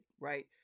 right